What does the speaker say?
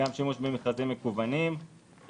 גם שימוש במכרזים מקוונים,